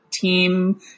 team